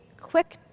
quick